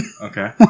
Okay